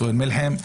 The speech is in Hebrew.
סוהיל מלחם.